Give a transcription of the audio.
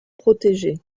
protégés